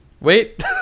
Wait